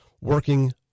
working